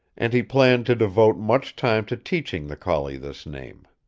and he planned to devote much time to teaching the collie this name.